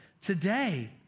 today